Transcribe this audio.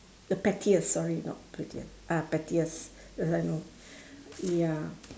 the pettiest sorry not prettiest ah pettiest uh I know ya